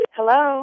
Hello